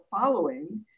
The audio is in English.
following